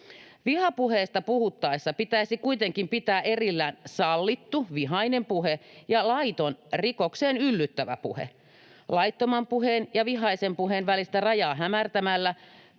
Vihapuheesta puhuttaessa pitäisi kuitenkin pitää erillään sallittu vihainen puhe ja laiton rikokseen yllyttävä puhe. Laittoman puheen ja vihaisen puheen välistä rajaa hämärtämällä